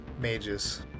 mages